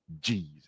Jesus